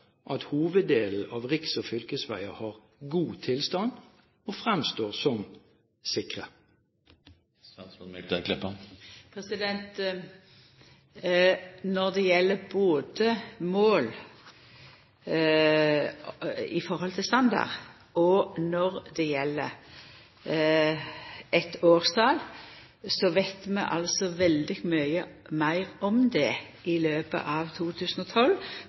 at hoveddelen av riks- og fylkesveier har god tilstand, og fremstår som sikre? Når det gjeld mål i forhold til standard, og når det gjeld eit årstal, veit vi veldig mykje meir om det i løpet av 2012.